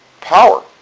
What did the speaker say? Power